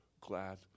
glad